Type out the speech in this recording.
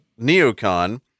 neocon